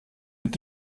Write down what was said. mit